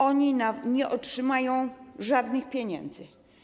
Oni nie otrzymają żadnych pieniędzy.